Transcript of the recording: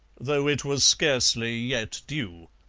though it was scarcely yet due.